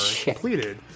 completed